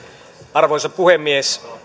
arvoisa puhemies